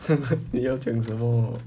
你要讲什么